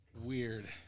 weird